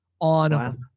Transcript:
on